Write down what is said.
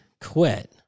quit